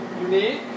Unique